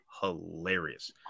hilarious